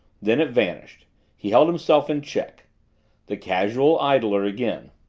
then it vanished he held himself in check the casual idler again.